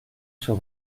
sur